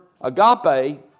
agape